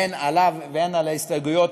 הן עליו והן על ההסתייגויות